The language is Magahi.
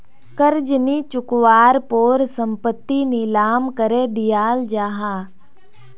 कर्ज नि चुक्वार पोर संपत्ति नीलाम करे दियाल जाहा